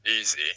easy